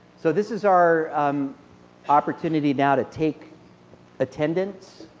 so this is our um opportunity now to take attendance.